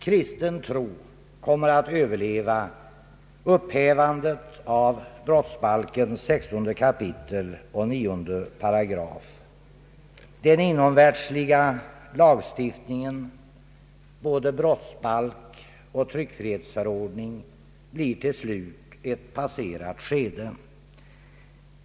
Kristen tro kommer att överleva upphävandet av brottsbalkens 16 kap. 9 8. Den inomvärldsliga lagstiftningen — både brottsbalk och tryckfrihetsförordning — blir till slut ett passerat ske de.